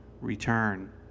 return